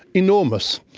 enormous.